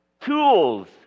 Tools